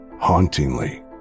Hauntingly